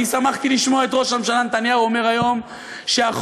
אני שמחתי לשמוע את ראש הממשלה נתניהו אומר היום שהחוק,